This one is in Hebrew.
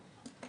סיוע